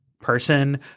Person